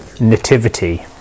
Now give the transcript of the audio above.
nativity